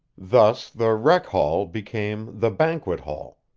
thus the rec-hall became the banquet hall,